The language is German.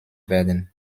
werden